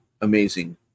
amazing